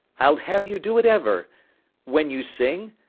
i'd have you do it ever when you sing,